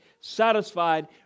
satisfied